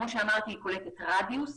היא קולטת רדיוס,